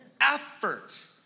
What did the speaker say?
effort